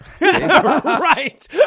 right